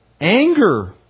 Anger